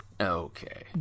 Okay